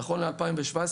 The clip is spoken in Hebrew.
נכון ל-2017,